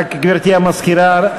גברתי המזכירה,